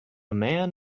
man